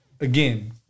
again